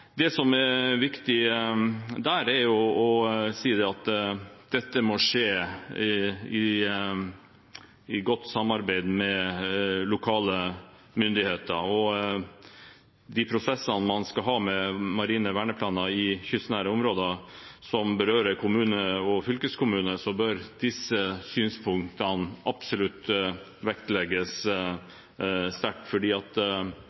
Det som er viktig der, er å si at dette må skje i godt samarbeid med lokale myndigheter. I de prosessene man skal ha med marine verneplaner i kystnære områder som berører kommuner- og fylkeskommuner, bør disse synspunktene absolutt vektlegges sterkt. Det tror jeg vil være en god måte å forankre marine verneområder på – at